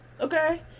okay